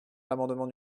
l’amendement